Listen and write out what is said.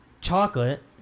chocolate